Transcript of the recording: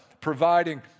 providing